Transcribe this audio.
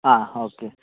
ಹಾಂ ಹೊಕೆ